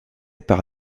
par